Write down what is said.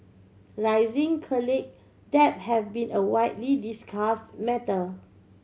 rising college debt have been a widely discuss matter